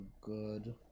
good